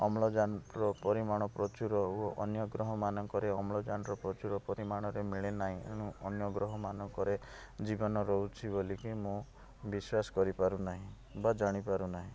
ଅମ୍ଲଜାନ ପରିମାଣ ପ୍ରଚୁର ଓ ଅନ୍ୟ ଗ୍ରହ ମାନଙ୍କରେ ଅମ୍ଳଜାନର ପ୍ରଚୁର ପରିମାଣରେ ମିଳେ ନାହିଁ ଏଣୁ ଅନ୍ୟ ଗ୍ରହ ମାନଙ୍କରେ ଜୀବନ ରହୁଛି ବୋଲି କି ମୁଁ ବିଶ୍ୱାସ କରି ପାରୁନାହିଁ ବା ଜାଣିପାରୁନାହିଁ